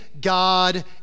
God